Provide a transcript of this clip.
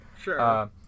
Sure